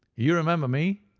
you remember me.